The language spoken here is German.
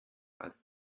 als